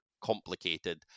complicated